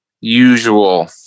usual